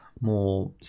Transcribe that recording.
more